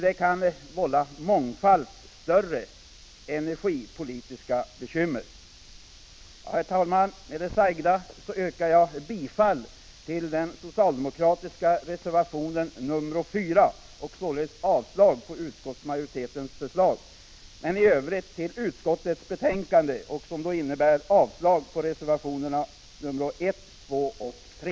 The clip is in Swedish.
Det kan vålla mångfalt större energipolitiska bekymmer. Herr talman! Med det sagda yrkar jag bifall till den socialdemokratiska reservationen 4 och således avslag på utskottsmajoritetens förslag på denna punkt samt i övrigt bifall till utskottets hemställan, som då också innebär avslag på reservationerna 1, 2 och 3.